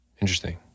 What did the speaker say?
Interesting